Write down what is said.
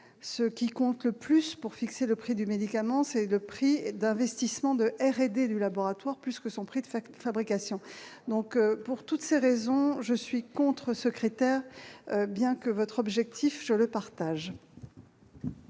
ce qui compte le plus pour fixer le prix du médicament c'est le prix d'investissements de R&D du laboratoire puisque son prix de facture fabrication donc pour toutes ces raisons, je suis contre, secrétaire, bien que votre objectif je le partage.